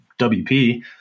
WP